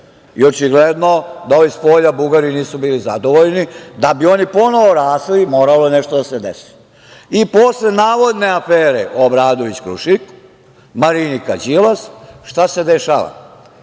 i očigledno je da ovi spolja Bugari nisu bili zadovoljni. Da bi oni ponovo rasli moralo je nešto da se desi.I posle navodne afere Obradović-Krušik, Marinika-Đilas, šta se dešava,